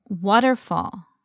waterfall